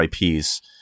IPs